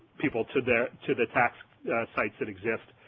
people to the to the tax sites that exist.